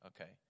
Okay